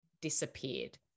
disappeared